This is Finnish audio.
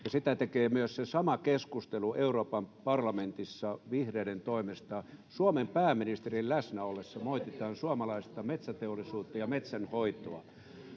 sitä tekee myös se sama keskustelu Euroopan parlamentissa vihreiden toimesta: Suomen pääministerin läsnä ollessa moititaan suomalaista metsäteollisuutta ja metsänhoitoa.